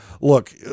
Look